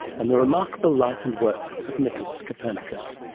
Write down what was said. on the remarkable life and work of nicolaus copernicus.